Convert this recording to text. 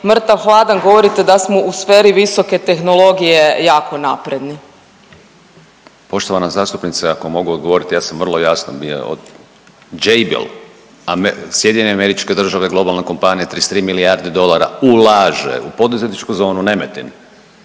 mrtav hladan govorite da smo u sferi visoke tehnologije jako napredni. **Bujanović, Hrvoje** Poštovana zastupnice, ako mogu odgovoriti ja sam vrlo jasan bio od Jabil SAD globalna kompanija 33 milijarde dolara ulaže u poduzetničku zonu Nemetin